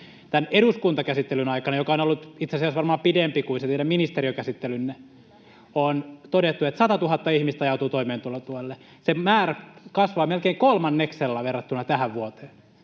Tämän eduskuntakäsittelyn aikana, joka on ollut itse asiassa varmaan pidempi kuin se teidän ministeriökäsittelynne, on todettu, että satatuhatta ihmistä ajautuu toimeentulotuelle. Sen määrä kasvaa melkein kolmanneksella verrattuna tähän vuoteen.